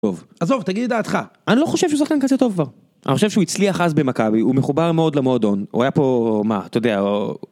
עזוב תגיד את דעתך, אני לא חושב שהוא שהוא שחקן כזה טוב כבר, אני חושב שהוא הצליח אז במכבי, הוא מחובר מאוד למועדון, הוא היה פה מה אתה יודע או...